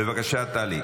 בבקשה, שלי,